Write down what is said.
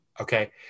okay